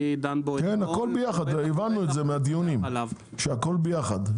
הבנו מהדיונים שהכל יחד.